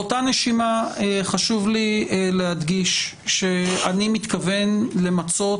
באותה נשימה חשוב לי להדגיש שאני מתכוון למצות